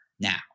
now